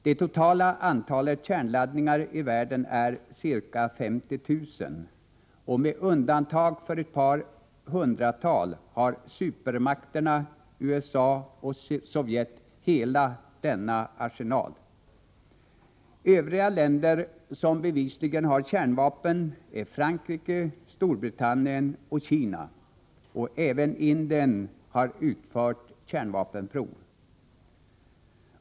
Det totala antalet kärnladdningar i världen är ca 50 000, och med undantag för ett par hundratal har supermakterna USA och Sovjet hela denna arsenal. Övriga länder som bevisligen har kärnvapen är Frankrike, Storbritannien och Kina. Även Indien har utfört kärnvapenprov.